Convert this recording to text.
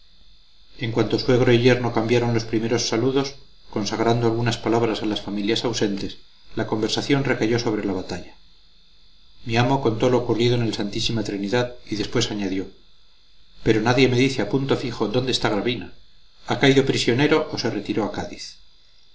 en cuanto suegro y yerno cambiaron los primeros saludos consagrando algunas palabras a las familias ausentes la conversación recayó sobre la batalla mi amo contó lo ocurrido en el santísima trinidad y después añadió pero nadie me dice a punto fijo dónde está gravina ha caído prisionero o se retiró a